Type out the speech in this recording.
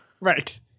Right